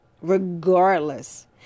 Regardless